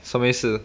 什么意思